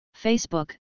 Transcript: Facebook